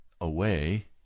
away